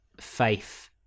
faith